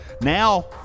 Now